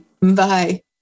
Bye